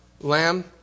lamb